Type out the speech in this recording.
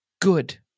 good